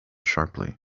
sharply